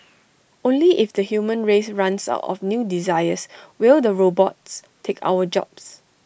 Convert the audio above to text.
only if the human race runs out of new desires will the robots take our jobs